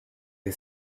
the